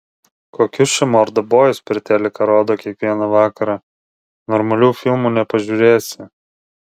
kokius čia mordabojus per teliką rodo kiekvieną vakarą normalių filmų nepažiūrėsi